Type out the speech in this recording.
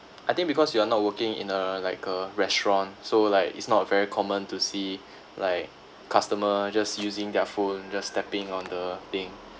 I think because you are not working in a like a restaurant so like it's not very common to see like customer just using their phone just tapping on the thing